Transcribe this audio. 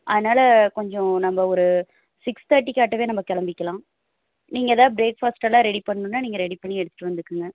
அதனால கொஞ்சம் நம்ம ஒரு சிக்ஸ் தேட்டிக்கு ஆட்டவே நம்ம கிளம்பிக்கலாம் நீங்கள் ஏதாவது பிரேக் பாஸ்ட் எல்லாம் ரெடி பண்ணணுன்னால் நீங்கள் ரெடி பண்ணி எடுத்துகிட்டு வந்துக்கங்க